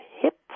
hip